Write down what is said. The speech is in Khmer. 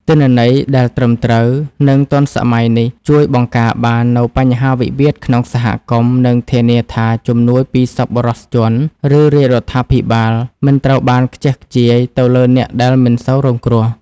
ទិន្នន័យដែលត្រឹមត្រូវ និងទាន់សម័យនេះ ជួយបង្ការបាននូវបញ្ហាវិវាទក្នុងសហគមន៍ និងធានាថាជំនួយពីសប្បុរសជន ឬរាជរដ្ឋាភិបាល មិនត្រូវបានខ្ជះខ្ជាយទៅលើអ្នកដែលមិនសូវរងគ្រោះ។